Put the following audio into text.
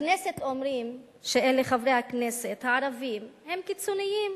בכנסת אומרים שחברי הכנסת הערבים הם קיצוניים,